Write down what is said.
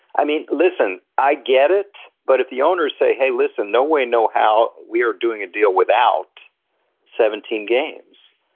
i mean, listen, i get it. but if the owners say, hey, listen, no way, no how, we are doing a deal without seventeen games.